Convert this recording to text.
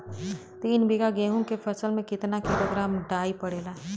तीन बिघा गेहूँ के फसल मे कितना किलोग्राम डाई पड़ेला?